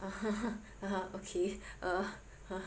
okay err